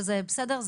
וזה בסדר,